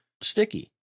sticky